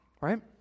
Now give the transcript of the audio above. Right